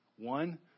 One